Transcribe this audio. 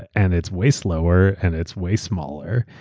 and it's way slower and it's way smaller.